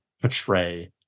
portray